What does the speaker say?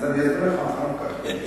אני אסביר לך אחר כך.